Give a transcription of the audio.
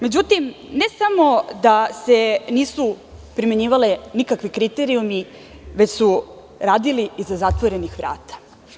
Međutim, ne samo da se nisu primenjivali nikakvi kriterijumi, već su radili iza zatvorenih vrata.